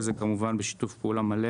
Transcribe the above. כל זה, כמובן, בשיתוף פעולה מלא